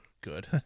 good